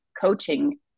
coaching